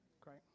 Great